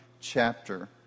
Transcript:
chapter